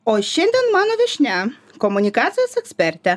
o šiandien mano viešnia komunikacijos ekspertė